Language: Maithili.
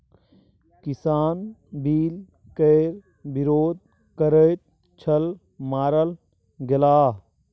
किसान बिल केर विरोध करैत छल मारल गेलाह